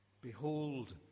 Behold